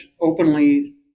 openly